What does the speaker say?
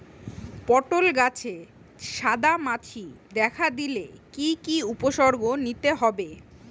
পটল গাছে সাদা মাছি দেখা দিলে কি কি উপসর্গ নিতে হয়?